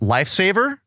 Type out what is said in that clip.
Lifesaver